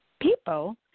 people